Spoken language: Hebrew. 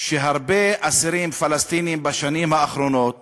שהרבה אסירים פלסטינים בשנים האחרונות